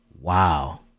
wow